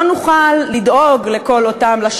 לא נוכל לדאוג לכל אותם דברים,